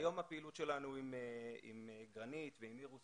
היום הפעילות שלנו עם גרנית ועם אירוס